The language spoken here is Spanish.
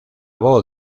voz